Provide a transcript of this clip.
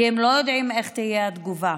כי הם לא יודעים איך תהיה התגובה.